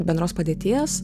bendros padėties